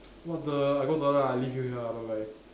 what the I go toilet lah I leave you here ah bye bye